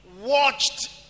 watched